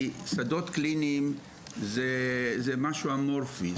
שדות קליניים זה משהו אמורפי.